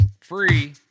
free